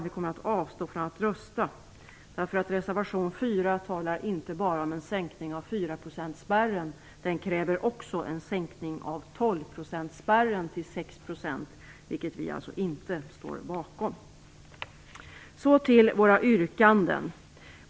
Vi kommer att avstå från att rösta, därför att reservation 4 inte bara talar om en sänkning av 4-procentsspärren utan också innehåller ett krav på sänkning av 12-procentsspärren till sex procent, vilket vi alltså inte står bakom. Så till våra yrkanden.